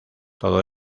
todo